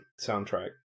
soundtrack